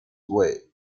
way